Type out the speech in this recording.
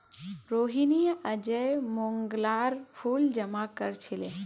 रोहिनी अयेज मोंगरार फूल जमा कर छीले